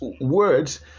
words